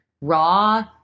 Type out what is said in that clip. raw